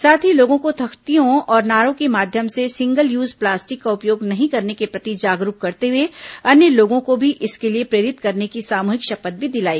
साथ ही लोगों को तख्तियों और नारों के माध्यम से सिंगल यूज प्लास्टिक का उपयोग नहीं करने के प्रति जागरूक करते हुए अन्य लोगों को भी इसके लिए प्रेरित करने की सामूहिक शपथ भी दिलाई